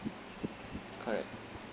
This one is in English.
correct